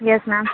yes ma'am